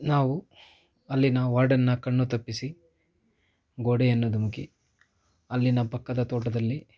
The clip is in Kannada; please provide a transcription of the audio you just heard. ನಾವು ಅಲ್ಲಿನ ವಾರ್ಡನ್ನ ಕಣ್ಣು ತಪ್ಪಿಸಿ ಗೋಡೆಯನ್ನು ಧುಮುಕಿ ಅಲ್ಲಿನ ಪಕ್ಕದ ತೋಟದಲ್ಲಿ